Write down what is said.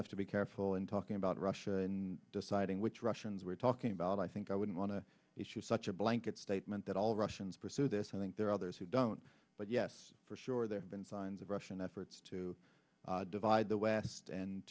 have to be careful in talking about russia in deciding which russians we're talking about i think i wouldn't want to issue such a blanket statement that all russians pursue this i think there are others who don't but yes for sure there have been signs of russian efforts to divide the west and